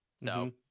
No